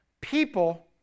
People